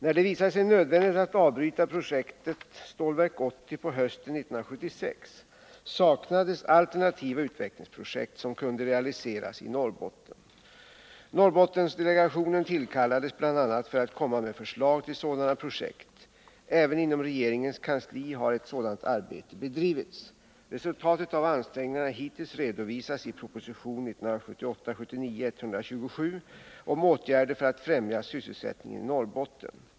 När det visade sig nödvändigt att avbryta projektet Stålverk 80 på hösten 1976 saknades alternativa utvecklingsprojekt som kunde realiseras i Norrbotten. Norrbottendelegationen tillkallades bl.a. för att komma med förslag till sådana projekt. Även inom regeringens kansli har ett sådant arbete bedrivits. Resultatet av ansträngningarna hittills redovisades i propositionen 1978 79:33, rskr 1978/79:320).